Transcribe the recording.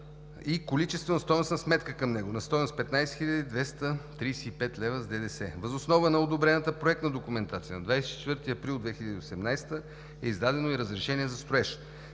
и количествено-стойностната сметка към него е на стойност 15 хил. 235 лв. с ДДС. Въз основа на одобрената проектна документация на 24 април 2018 г. е издадено и разрешение за строеж.